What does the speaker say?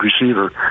receiver